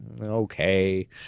Okay